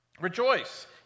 Rejoice